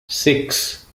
six